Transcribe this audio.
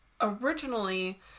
originally